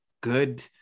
good